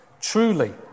Truly